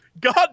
God